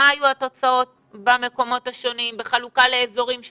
מה היו התוצאות במקומות השונים בחלוקה לאזורים השונים.